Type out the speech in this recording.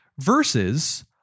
versus